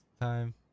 time